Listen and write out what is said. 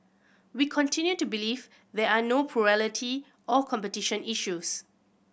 we continue to believe there are no plurality or competition issues